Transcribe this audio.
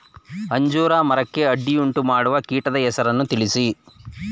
ಅಂಜೂರ ಮರಕ್ಕೆ ಅಡ್ಡಿಯುಂಟುಮಾಡುವ ಕೀಟದ ಹೆಸರನ್ನು ತಿಳಿಸಿ?